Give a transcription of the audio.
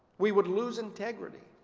we would lose integrity.